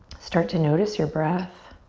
start to notice your breath